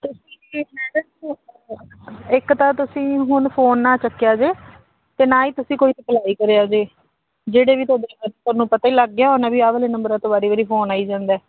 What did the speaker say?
ਇੱਕ ਤਾਂ ਤੁਸੀਂ ਹੁਣ ਫੋਨ ਨਾ ਚੱਕਿਆ ਜੇ ਅਤੇ ਨਾ ਹੀ ਤੁਸੀਂ ਕੋਈ ਰਿਪਲਾਈ ਕਰਿਆ ਜੇ ਜਿਹੜੇ ਵੀ ਤੁਹਾਡੇ ਤੁਹਾਨੂੰ ਪਤਾ ਹੀ ਲੱਗ ਗਿਆ ਹੋਣਾ ਦੀ ਆਹ ਵਾਲੇ ਨੰਬਰਾਂ ਤੋਂ ਵਾਰੀ ਵਾਰੀ ਫੋਨ ਆਈ ਜਾਂਦਾ